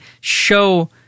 show